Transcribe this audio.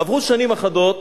עברו שנים אחדות